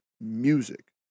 music